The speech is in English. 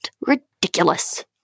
ridiculous